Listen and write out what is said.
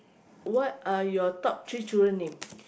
what are your top three children name